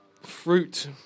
Fruit